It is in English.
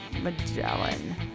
Magellan